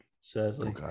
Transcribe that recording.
sadly